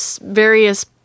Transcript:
various